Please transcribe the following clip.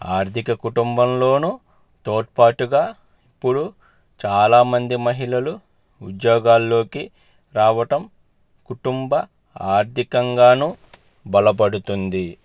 ఆర్థికంగా కుటుంబంలోనూ తోడ్పాటుగా ఇప్పుడు చాలామంది మహిళలు ఉద్యోగాల్లోకి రావడం కుటుంబం ఆర్థికంగానూ బలపడుతుంది